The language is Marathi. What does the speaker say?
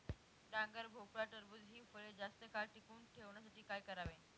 डांगर, भोपळा, टरबूज हि फळे जास्त काळ टिकवून ठेवण्यासाठी काय करावे?